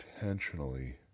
intentionally